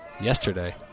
yesterday